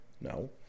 No